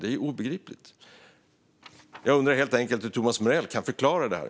Det är obegripligt. Jag undrar helt enkelt hur Thomas Morell kan förklara detta.